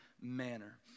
manner